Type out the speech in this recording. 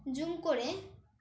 zoom করে